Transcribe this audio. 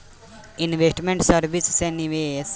investment service से निवेश लायक माहौल बानावल जाला